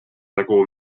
такого